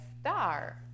star